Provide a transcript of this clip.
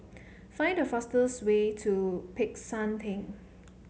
find the fastest way to Peck San Theng